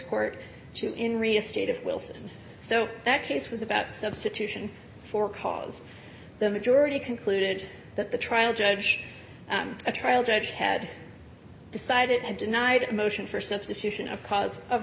court in re a state of wilson so that case was about substitution for cause the majority concluded that the trial judge a trial judge had decided and denied a motion for substitution of cause of